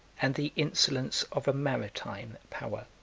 and the insolence of a maritime, power